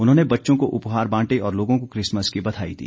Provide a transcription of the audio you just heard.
उन्होंने बच्चों को उपहार बांटे और लोगों को क्रिसमस की बधाई दी